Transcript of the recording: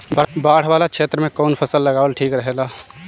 बाढ़ वाला क्षेत्र में कउन फसल लगावल ठिक रहेला?